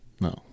No